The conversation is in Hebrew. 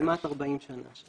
כן, אני כמעט 40 שנה שם.